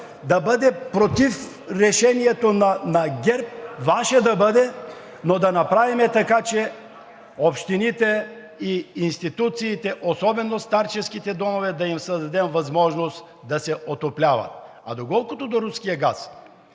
да бъде против решението на ГЕРБ, Ваше да бъде, но да направим така, че общините и институциите, особено на старческите домове, да им се даде възможност да се отопляват. А колкото до руския газ,